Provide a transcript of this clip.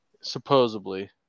Supposedly